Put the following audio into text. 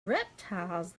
reptiles